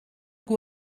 que